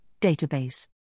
database